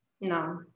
No